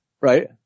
Right